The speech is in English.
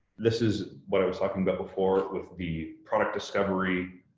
this is what i was talking about before with the product discovery,